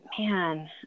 man